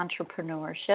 entrepreneurship